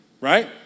right